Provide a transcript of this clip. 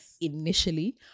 initially